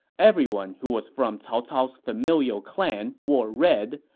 everyone who was from cao cao's familial clan wore red,